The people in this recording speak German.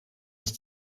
ist